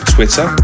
Twitter